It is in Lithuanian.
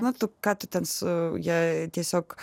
na tu ką tu ten su ja tiesiog